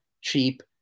cheap